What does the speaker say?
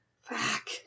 fuck